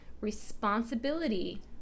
responsibility